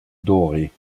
dorée